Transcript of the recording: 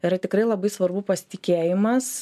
yra tikrai labai svarbu pasitikėjimas